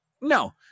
No